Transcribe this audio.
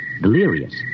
delirious